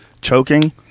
choking